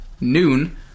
noon